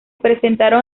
presentaron